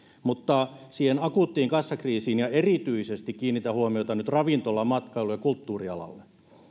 mutta siihen akuuttiin kassakriisiin ja erityisesti kiinnitän huomiota nyt ravintola matkailu ja kulttuurialoihin